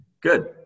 Good